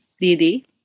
Didi